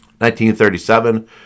1937